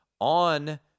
on